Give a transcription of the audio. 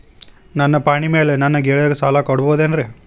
ನನ್ನ ಪಾಣಿಮ್ಯಾಲೆ ನನ್ನ ಗೆಳೆಯಗ ಸಾಲ ಕೊಡಬಹುದೇನ್ರೇ?